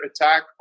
attack